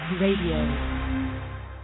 Radio